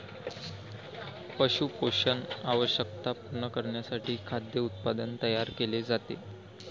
पशु पोषण आवश्यकता पूर्ण करण्यासाठी खाद्य उत्पादन तयार केले जाते